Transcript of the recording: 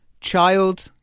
child